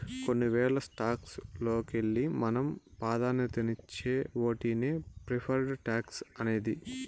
కొన్ని వేల స్టాక్స్ లోకెల్లి మనం పాదాన్యతిచ్చే ఓటినే ప్రిఫర్డ్ స్టాక్స్ అనేది